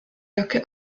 jacke